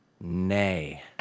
nay